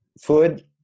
food